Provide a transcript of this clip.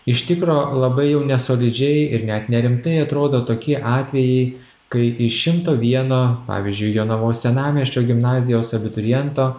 iš tikro labai jau nesolidžiai ir net nerimtai atrodo tokie atvejai kai iš šimto vieno pavyzdžiui jonavos senamiesčio gimnazijos abituriento